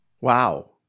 Wow